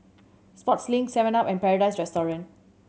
sportslink seven up and Paradise Restaurant